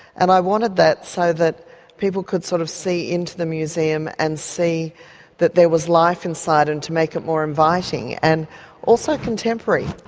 and i wanted that so that people could sort of see into the museum and see that there was life inside and to make it more inviting. and also contemporary.